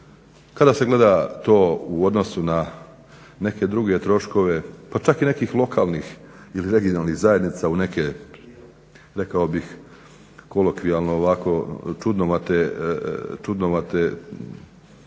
Kada se gleda to u odnosu na neke druge troškove, pa čak i nekih lokalnih ili regionalnih zajednica u neke rekao bih kolokvijalno ovako čudnovate svrhe onda